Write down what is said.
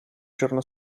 giorno